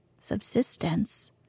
subsistence